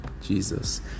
Jesus